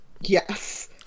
Yes